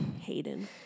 Hayden